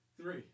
three